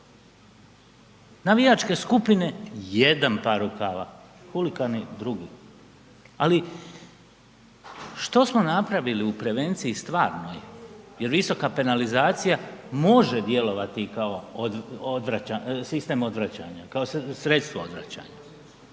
Navijačke skupine, jedan par rukava, huligani, drugi. Ali, što smo napravili u prevenciji stvarnoj? Jer visoka penalizacija može djelovati i kao odvraćanje,